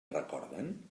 recorden